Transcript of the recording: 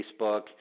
Facebook